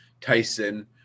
Tyson